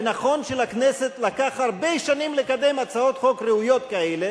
ונכון שלכנסת לקח הרבה שנים לקדם הצעות חוק ראויות כאלה,